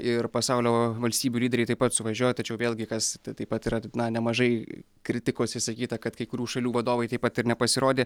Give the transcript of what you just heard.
ir pasaulio valstybių lyderiai taip pat suvažiuoja tačiau vėlgi kas taip pat yra tik na nemažai kritikos išsakyta kad kai kurių šalių vadovai taip pat ir nepasirodė